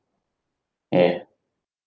yeah